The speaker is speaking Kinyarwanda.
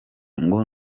ngo